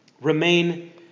Remain